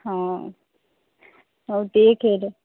ହଁ ହଉ ଦେଖେ ଏବେ